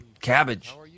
cabbage